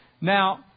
Now